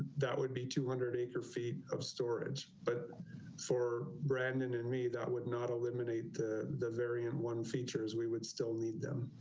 that would be two hundred acre feet of storage. but for brandon and me, that would not eliminate the the variant one features we would still need them.